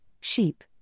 sheep